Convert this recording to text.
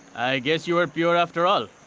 i guess you were pure after all.